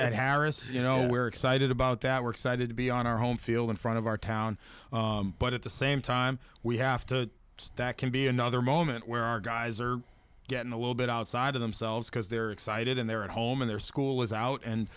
at harrah's you know we're excited about that we're excited to be on our home field in front of our town but at the same time we have to stack can be another moment where our guys are getting a little bit outside of themselves because they're excited and they're at home in their school is out and